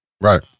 right